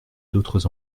d’autres